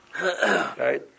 Right